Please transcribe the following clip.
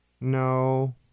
No